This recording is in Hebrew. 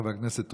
חבר הכנסת טרופר,